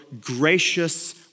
gracious